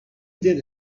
did